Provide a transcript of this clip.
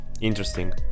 Interesting